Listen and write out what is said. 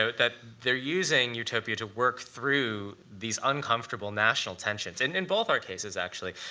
ah that they're using utopia to work through these uncomfortable national tensions, and in both our cases, actually.